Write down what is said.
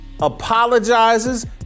apologizes